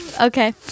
Okay